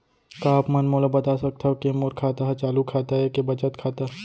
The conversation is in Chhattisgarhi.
का आप मन मोला बता सकथव के मोर खाता ह चालू खाता ये के बचत खाता?